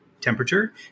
temperature